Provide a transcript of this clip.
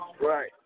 Right